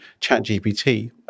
ChatGPT